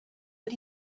but